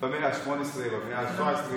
במאה ה-18 או במאה ה-17?